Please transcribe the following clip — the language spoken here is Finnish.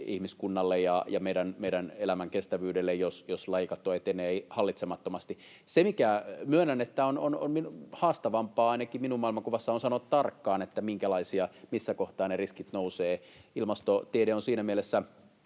ihmiskunnalle ja meidän elämän kestävyydelle, jos lajikato etenee hallitsemattomasti. Se, minkä myönnän, että on haastavampaa, ainakin minun maailmankuvassani, on sanoa tarkkaan, missä kohtaa ne riskit nousevat. Ilmastotiede on siinä mielessä